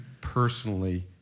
personally